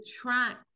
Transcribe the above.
attract